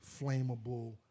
flammable